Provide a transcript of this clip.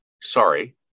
sorry